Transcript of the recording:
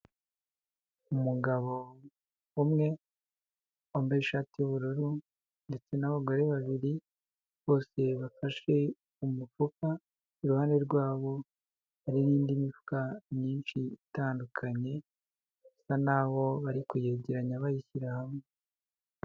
Umugabo umwe wambaye ishati y'ubururu ndetse n'abagore babiri, bose bafashe umufuka, iruhande rwabo hari n'indi mifuka myinshi itandukanye, bisa naho bari kuyegeranya bayishyira hamwe.